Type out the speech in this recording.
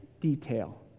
detail